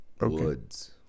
Woods